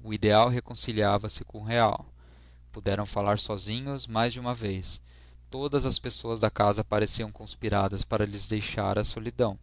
o ideal reconciliava se com o real puderam falar sozinhos mais de uma vez todas as pessoas da casa pareciam conspiradas para lhes deixar a solidão